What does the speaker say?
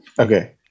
Okay